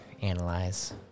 Analyze